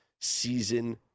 season